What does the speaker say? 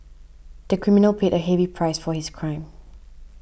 the criminal paid a heavy price for his crime